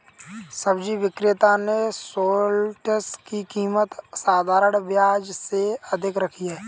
सब्जी विक्रेता ने शलोट्स की कीमत साधारण प्याज से अधिक रखी है